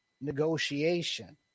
negotiation